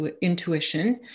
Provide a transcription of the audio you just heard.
intuition